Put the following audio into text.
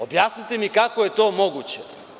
Objasnite mi kako je to moguće.